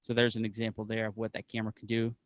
so there's an example there of what that camera can do.